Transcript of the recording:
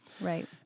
Right